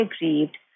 aggrieved